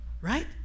right